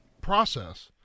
process